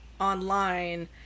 online